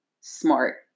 Smart